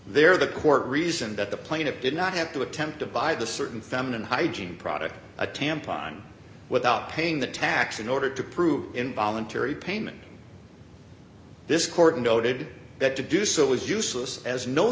there the court reasoned that the plaintiff did not have to attempt to buy the certain feminine hygiene product a tampon without paying the tax in order to prove involuntary payment this court noted that to do so was useless as no